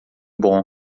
bom